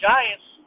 Giants